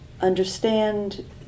understand